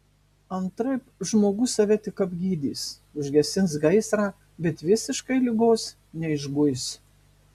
antraip žmogus save tik apgydys užgesins gaisrą bet visiškai ligos neišguis